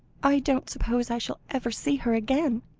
i don't suppose i shall ever see her again,